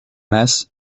mass